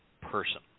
person